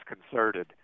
disconcerted